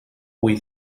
avui